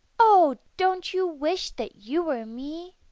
oh! don't you wish that you were me?